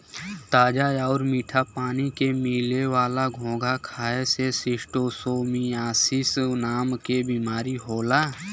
ताजा आउर मीठा पानी में मिले वाला घोंघा खाए से शिस्टोसोमियासिस नाम के बीमारी होला